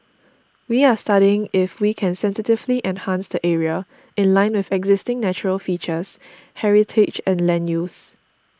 we are studying if we can sensitively enhance the area in line with existing natural features heritage and land use